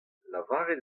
lavaret